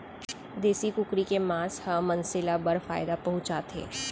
देसी कुकरी के मांस ह मनसे ल बड़ फायदा पहुंचाथे